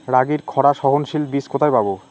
রাগির খরা সহনশীল বীজ কোথায় পাবো?